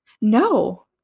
No